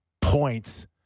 points